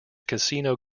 casino